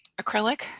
acrylic